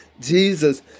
Jesus